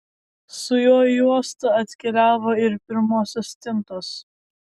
su juo į uostą atkeliavo ir pirmosios stintos